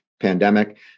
pandemic